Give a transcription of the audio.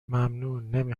ممنون، نمی